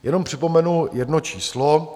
Jenom připomenu jedno číslo.